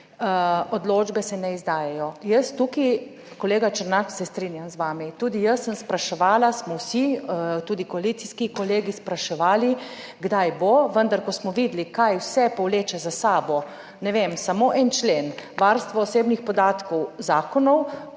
odločbe se ne izdajajo. Jaz tukaj kolega Černač se strinjam z vami, tudi jaz sem spraševala, smo vsi, tudi koalicijski kolegi spraševali kdaj bo, vendar ko smo videli kaj vse povleče za sabo, ne vem, samo en člen, varstvo osebnih podatkov, zakonov,